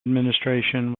administration